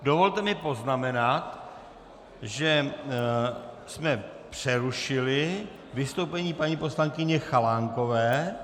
Dovolte mi poznamenat, že jsme přerušili vystoupení paní poslankyně Chalánkové.